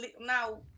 now